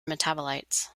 metabolites